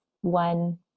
one